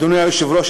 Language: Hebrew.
אדוני היושב-ראש,